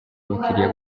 abakiliya